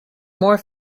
more